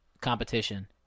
competition